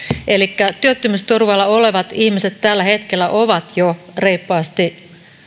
elikkä työttömyysturvalla olevat ihmiset tällä hetkellä ovat jo reippaasti